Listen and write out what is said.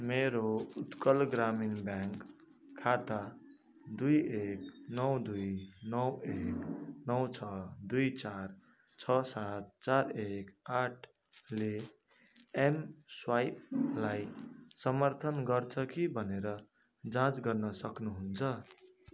मेरो उत्कल ग्रामीण ब्याङ्क खाता दुई एक नौ दुई नौ एक नौ छ दुई चार छ सात चार एक आठले एम स्वाइपलाई समर्थन गर्छ कि भनेर जाँच गर्न सक्नुहुन्छ